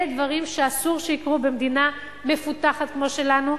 אלה דברים שאסור שיקרו במדינה מפותחת כמו שלנו,